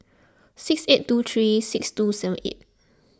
six eight two three six two seven eight